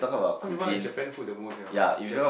some people like Japan food the most you kow like Jap